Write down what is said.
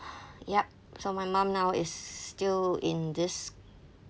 yup so my mum now is still in this